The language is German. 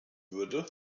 würden